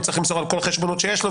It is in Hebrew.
הוא צריך למסור על כל החשבונות שיש לו,